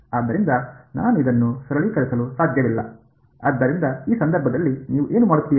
ಆದ್ದರಿಂದ ನಾನು ಇದನ್ನು ಸರಳೀಕರಿಸಲು ಸಾಧ್ಯವಿಲ್ಲ ಆದ್ದರಿಂದ ಈ ಸಂದರ್ಭದಲ್ಲಿ ನೀವು ಏನು ಮಾಡುತ್ತೀರಿ